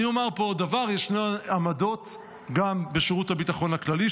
אני אומר פה עוד דבר: יש עמדות גם בשירות הביטחון הכללי,